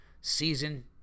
season